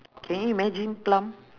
can you imagine plum